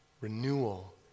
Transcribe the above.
Renewal